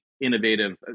innovative